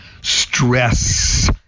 stress